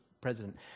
president